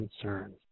concerns